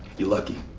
you're lucky.